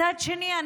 מצד שני,